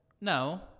No